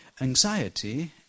Anxiety